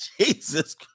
Jesus